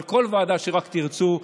אבל בכל ועדה שרק תרצו,